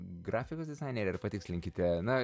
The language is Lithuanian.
grafikos dizainerė ar patikslinkite na